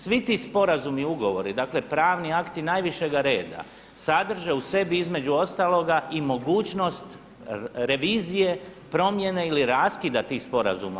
Svi ti sporazumi i ugovoru, dakle pravni akti najvišega reda sadrže u sebi između ostaloga i mogućnost revizije promjene ili raskida tih sporazuma.